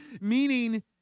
Meaning